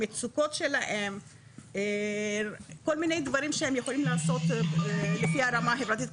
מצוקות שלהם וכל מיני דברים שהם יכולים לעשות לפי הרמה חברתית,